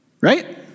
Right